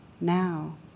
Now